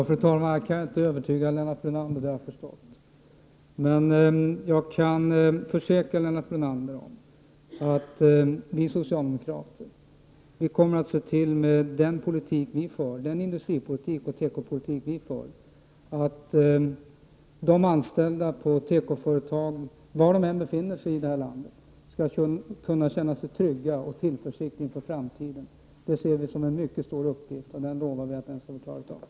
Fru talman! Jag kan inte övertyga Lennart Brunander, det har jag förstått. Jag kan emellertid försäkra Lennart Brunander om att vi socialdemokrater, med den industripolitik och den tekopolitik vi för, kommer att se till att de anställda på olika tekoföretag, var de än befinner sig i landet, skall kunna känna sig trygga och känna tillförsikt inför framtiden. Detta ser vi som en mycket stor uppgift, och den lovar vi att klara av.